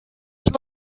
ich